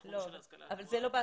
בתחום של ההשכלה הגבוהה.